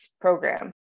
program